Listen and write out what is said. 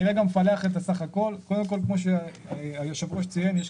מעל 2,500 כבר מאוכלסות.